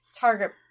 target